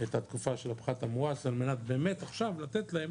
את התקופה של הפחת המואץ על מנת באמת עכשיו לתת להם